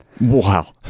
Wow